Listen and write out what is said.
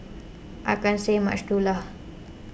I can't say much too lah